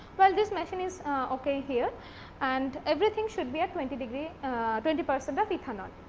well, this machine is ok here and everything should be at twenty degree twenty percent of ethanol.